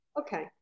Okay